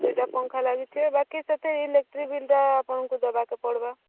ଦୁଇଟା ପଙ୍ଖା ଲାଗିଛି ବାକି ସେଠି ଇଲେକ୍ଟ୍ରିକ୍ ବିଲ୍ଟା ଆପଣଙ୍କୁ ଦେବାକୁ ପଡ଼ିବ